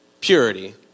purity